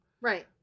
Right